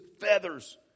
feathers